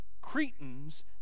Cretans